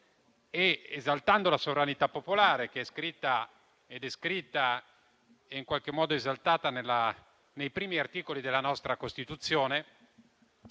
esaltando la sovranità popolare, che è descritta e in qualche modo esaltata nei primi articoli della nostra Costituzione,